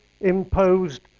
imposed